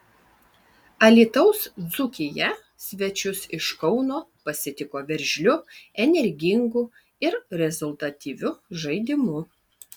alytaus dzūkija svečius iš kauno pasitiko veržliu energingu ir rezultatyviu žaidimu